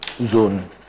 Zone